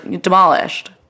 demolished